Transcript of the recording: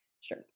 Sure